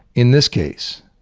in this case,